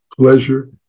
pleasure